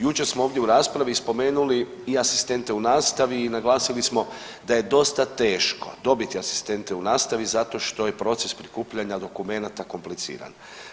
Jučer smo ovdje u raspravi spomenuli i asistente u nastavi i naglasili smo da je dosta teško dobiti asistente u nastavi zato što je proces prikupljanja dokumenata kompliciran.